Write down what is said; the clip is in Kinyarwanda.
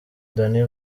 danny